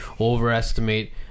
overestimate